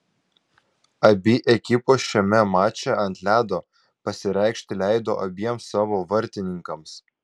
abi ekipos šiame mače ant ledo pasireikšti leido abiem savo vartininkams